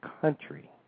country